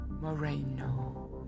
Moreno